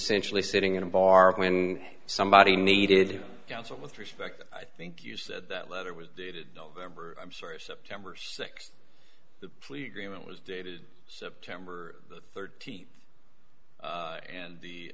sentially sitting in a bar when somebody needed to counsel with respect i think you said that letter was dated november i'm sorry september sixth the plea agreement was dated september thirteenth